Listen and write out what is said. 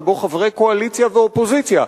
ובהם חברי קואליציה ואופוזיציה,